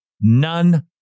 none